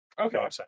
Okay